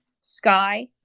sky